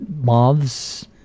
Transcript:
moths